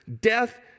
death